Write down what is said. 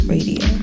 Radio